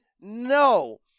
no